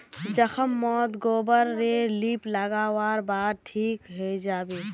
जख्म मोत गोबर रे लीप लागा वार बाद ठिक हिजाबे